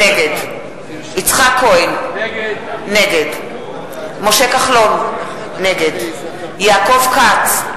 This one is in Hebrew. נגד יצחק כהן, נגד משה כחלון, נגד יעקב כץ,